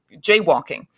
jaywalking